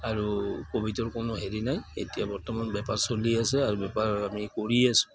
আৰু ক'ভিডৰ কোনো হেৰি নাই এতিয়া বৰ্তমান বেপাৰ চলি আছে আৰু বেপাৰ আমি কৰি আছোঁ